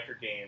game